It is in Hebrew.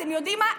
אתם יודעים מה,